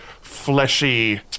fleshy